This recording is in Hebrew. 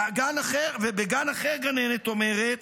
ובגן אחר גננת אומרת